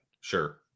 Sure